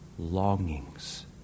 longings